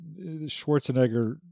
Schwarzenegger